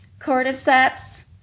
cordyceps